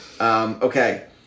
Okay